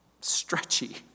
stretchy